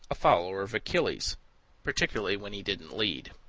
a follower of achilles particularly when he didn't lead.